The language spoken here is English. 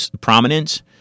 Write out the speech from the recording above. prominence